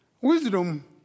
Wisdom